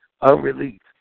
Unreleased